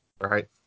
right